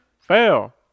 fail